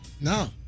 No